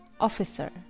Officer